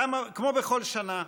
כמו בכל שנה,